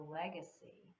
legacy